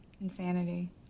insanity